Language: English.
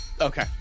Okay